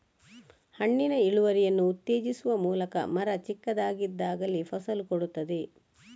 ಹಣ್ಣಿನ ಇಳುವರಿಯನ್ನು ಉತ್ತೇಜಿಸುವ ಮೂಲಕ ಮರ ಚಿಕ್ಕದಾಗಿದ್ದಾಗಲೇ ಫಸಲು ಕೊಡ್ತದೆ